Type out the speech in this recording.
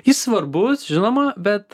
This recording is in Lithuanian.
jis svarbus žinoma bet